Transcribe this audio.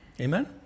Amen